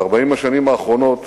ב-40 השנים האחרונות